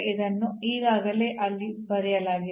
ಇದನ್ನು ಈಗಾಗಲೇ ಅಲ್ಲಿ ಬರೆಯಲಾಗಿದೆ